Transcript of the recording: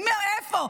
איפה?